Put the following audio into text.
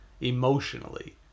emotionally